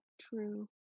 true